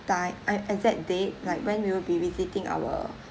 time uh exact date like when will you be visiting our